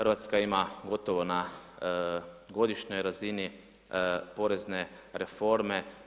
RH ima gotovo na godišnjoj razini porezne reforme.